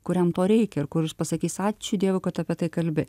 kuriam to reikia ir kur jis pasakys ačiū dievui kad tu apie tai kalbi